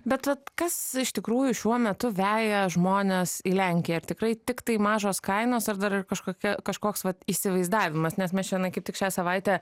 bet vat kas iš tikrųjų šiuo metu veja žmones į lenkiją ar tikrai tiktai mažos kainos ar dar ir kažkokia kažkoks vat įsivaizdavimas nes mes čionai kaip tik šią savaitę